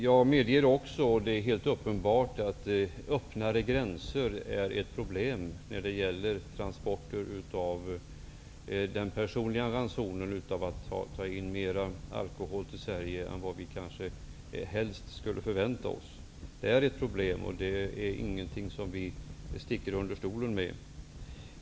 Jag medger också, och det är helt uppenbart, att öppnare gränser är ett problem och kan leda till större införsel av alkohol till Sverige än vad vi helst skulle vilja förvänta oss. Det är inget som vi sticker under stol med.